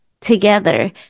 together